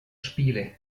spiele